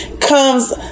comes